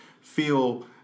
feel